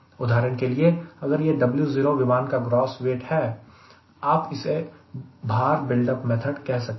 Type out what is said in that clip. उदाहरण के लिए अगर यह W0 विमान का ग्रास वेट है आप इसे भार बिल्ड अप मेथड कह सकते हैं